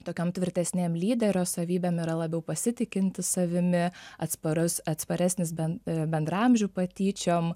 tokiom tvirtesnėm lyderio savybėm yra labiau pasitikintis savimi atsparus atsparesnis ben bendraamžių patyčiom